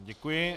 Děkuji.